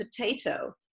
Potato